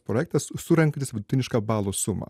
projektas surenkantis vidutinišką balų sumą